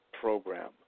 program